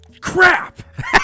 Crap